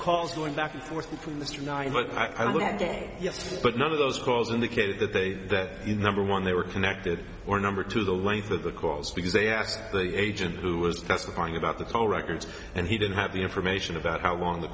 calls going back and forth between the two nine but i don't know that day yet but none of those calls indicated that they that number one they were connected or number two the length of the calls because they asked the agent who was testifying about the call records and he didn't have the information about how long the